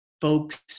folks